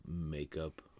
makeup